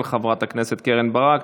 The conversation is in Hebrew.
של חברות הכנסת קרן ברק,